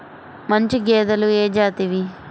మంచి గేదెలు ఏ జాతివి?